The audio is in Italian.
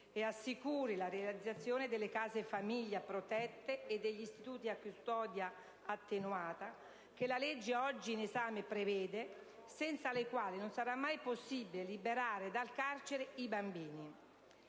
assicuri la realizzazione delle case famiglia protette e degli istituti a custodia attenuata che il provvedimento oggi in esame prevede, senza le quali non sarà mai possibile liberare dal carcere i bambini.